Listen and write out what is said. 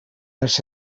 els